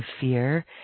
fear